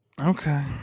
okay